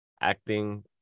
acting